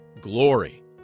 Glory